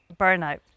burnout